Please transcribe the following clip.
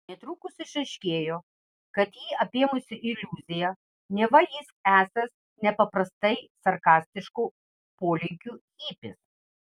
netrukus išaiškėjo kad jį apėmusi iliuzija neva jis esąs nepaprastai sarkastiškų polinkių hipis